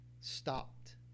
stopped